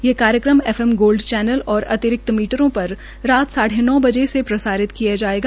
ये कार्यक्रम F M gold channel और अतिरिक्त मीटरों पर राज साढ़े नौ बजे से प्रसारित किया जायेगा